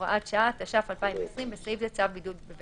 השיחה תתקיים באופן שיבטיח את סודיותה